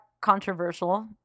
controversial